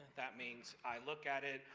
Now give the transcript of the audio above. that means i look at it,